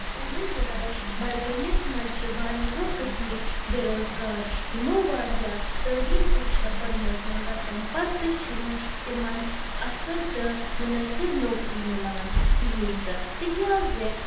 سٲنِس ضلعے بڈگٲمِس منٛز چھ واریاہو قٕسمٕکۍ بےٚ روزگار یِمو واریاہ تعلیٖم تہِ چھےٚ پٔرمٕژ مگر تمہِ پتہِ تہِ چھنہٕ تِمن اصل تہٕ مُنٲسب نوکٔری مِلان کہیٖنۍ تہٕ تِکیٛازِ